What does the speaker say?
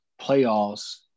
playoffs